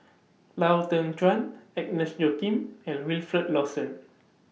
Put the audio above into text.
Lau Teng Chuan Agnes Joaquim and Wilfed Lawson